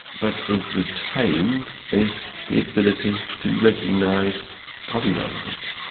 but is retained is the ability to recognise body language.